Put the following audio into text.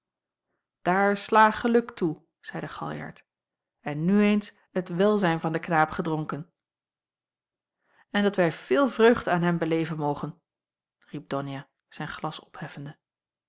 sla geluk toe zeide galjart en nu eens het welzijn van den knaap gedronken n dat wij veel vreugde aan hem beleven mogen riep donia zijn glas opheffende